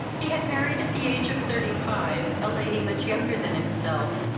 he had married at the age of thirty-five a lady much younger than himself,